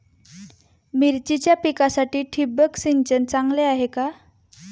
मिरचीच्या पिकासाठी ठिबक सिंचन चांगले आहे का?